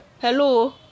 Hello